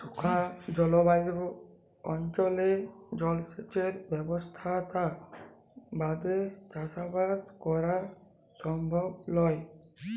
শুখা জলভায়ু অনচলে জলসেঁচের ব্যবসথা বাদে চাসবাস করা সমভব লয়